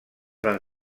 van